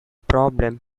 problem